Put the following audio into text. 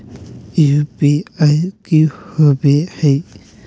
UPI की होवे हय?